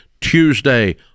Tuesday